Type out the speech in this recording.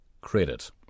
credit